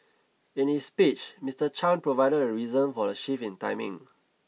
in his speech Mister Chan provided the reason for the shift in timing